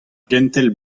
gentel